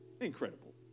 Incredible